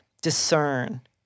discern